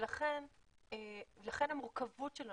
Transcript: לכן המורכבות של הנושא.